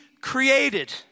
created